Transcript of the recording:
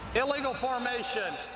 illegal formation.